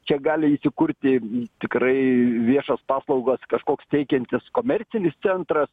čia gali įsikurti tikrai viešos paslaugos kažkoks teikiantis komercinis centras